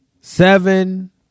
Seven